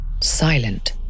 silent